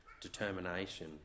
determination